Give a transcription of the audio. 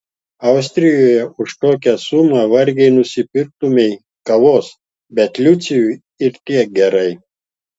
austrijoje už tokią sumą vargiai nusipirktumei kavos bet laciui ir tiek gerai